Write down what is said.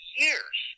years